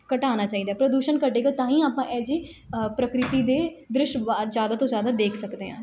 ਘਟਾਉਣਾ ਚਾਹੀਦਾ ਪ੍ਰਦੂਸ਼ਣ ਘਟੇਗਾ ਤਾਂ ਹੀ ਆਪਾਂ ਇਹੋ ਜਿਹੀ ਪ੍ਰਕਿਰਤੀ ਦੇ ਦ੍ਰਿਸ਼ ਵ ਜ਼ਿਆਦਾ ਤੋਂ ਜ਼ਿਆਦਾ ਦੇਖ ਸਕਦੇ ਹਾਂ